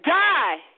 die